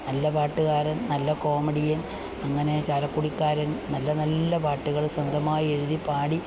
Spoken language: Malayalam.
നല്ല പാട്ടുകാരന് നല്ല കോമഡിയന് അങ്ങനെ ചാലക്കുടിക്കാരന് നല്ല നല്ല പാട്ടുകള് സ്വന്തമായി എഴുതി പാടി